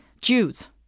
Jews